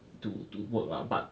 to to work lah but